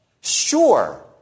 Sure